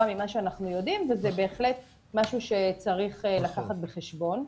ממה שאנחנו יודעים וזה בהחלט משהו שצריך לקחת בחשבון.